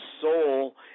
soul